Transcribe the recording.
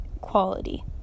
quality